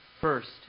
first